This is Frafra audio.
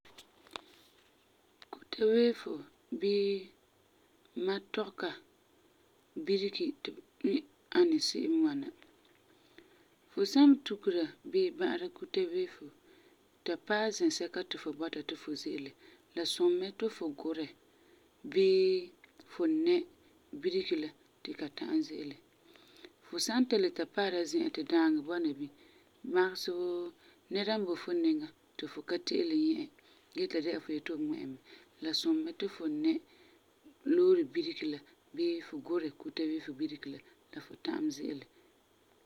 Kuta weefo bii matɔka biregi n ani se'em n ŋwana: Fu san tukera bii bã'ara kuta weefo ta paɛ zɛsɛka ti fu yeti fu ze'ele la, la sum mɛ ti fu gurɛ bii fu nɛ bireki la ti ka ta'am ze'ele. Fu san ta le paara la zi'an ti daaŋɔ bɔna bini, magesɛ wuu nɛra n boi fu niŋan ti fu ka te'ele nyɛ e gee ti la dɛna la fu yeti fu ŋmɛ e mɛ, la sum mɛ ti fu nɛ loore bireki la bii fu gurɛ kuta weefo bireki la, la fu ta'am ze'ele.